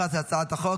תודה רבה.